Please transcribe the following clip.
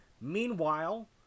Meanwhile